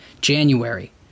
January